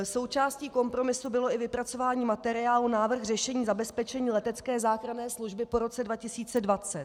Součástí kompromisu bylo i vypracování materiálu Návrh řešení zabezpečení letecké záchranné služby po roce 2020.